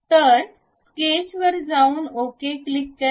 तर स्केच वर जाऊन ओके क्लिक करा